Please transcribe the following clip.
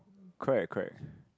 correct correct